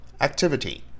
Activity